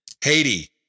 Haiti